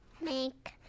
Make